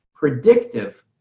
predictive